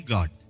God